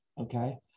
Okay